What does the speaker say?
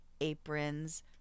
aprons